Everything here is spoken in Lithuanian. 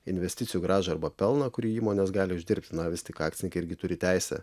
investicijų grąžą arba pelną kurį įmonės gali uždirbti na vis tik akcijai irgi turi teisę